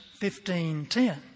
15.10